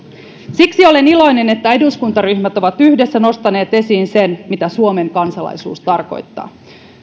siksi olen iloinen että eduskuntaryhmät ovat yhdessä nostaneet esiin sen mitä suomen kansalaisuus tarkoittaa